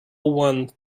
one